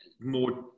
more